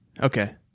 Okay